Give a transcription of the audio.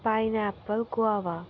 pineapple guava